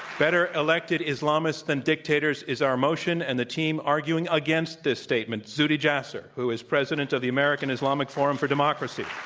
better elected islamists than dictators is our motion. and the team arguing against this statement, zuhdi jasser, who is president of the american islamist forum for democracy.